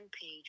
page